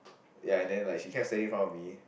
ya and then kept standing in front of me